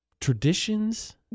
traditions